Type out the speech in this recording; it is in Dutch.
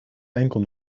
enkel